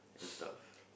and stuff